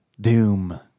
Doom